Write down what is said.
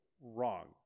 Wrong